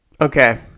Okay